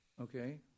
Okay